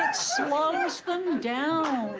slows them down.